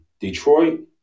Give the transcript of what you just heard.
Detroit